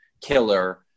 killer